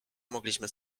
mogliśmy